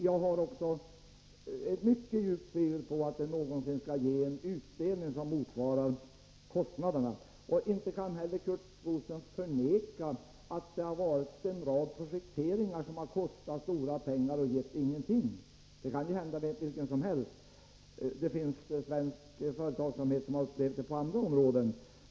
Jag har också ett mycket djupt tvivel på att det någonsin skall ge en utdelning som motsvarar kostnaderna. Inte kan Curt Boström heller förneka att det har förekommit en rad projekteringar som kostat stora pengar och givit ingenting. Det kan ju hända vem som helst. Det finns svenska företag som upplevt det på andra områden.